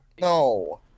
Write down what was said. No